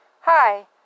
Hi